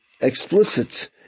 explicit